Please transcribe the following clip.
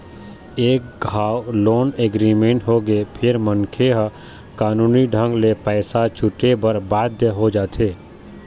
एक घांव loan agreement होगे फेर मनखे ह कानूनी ढंग ले पइसा छूटे बर बाध्य हो जाथे